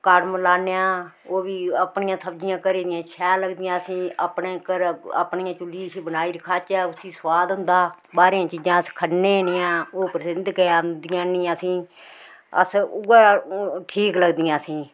कड़म लान्ने आं ओह् बी अपनियां सब्जियां घरें दियां शैल लगदियां असेंई अपने घरा अपनियें चुल्ली र बनाइयै खाचै तां उसी सोआद होंदा बाह्रै चीजां अस खन्ने नी ऐ ओह् पंसद गै नी औंदियां असें अस उयै ठीक लगदियां असेंई